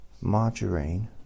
margarine